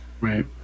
Right